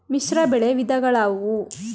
ಮಿಶ್ರಬೆಳೆ ವಿಧಗಳಾವುವು?